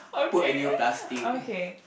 put a new plastic